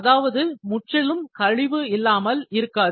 அதாவது முற்றிலுமாக கழிவு இல்லாமல் இருக்காது